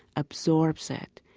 absorbs it,